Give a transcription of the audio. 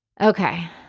Okay